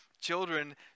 children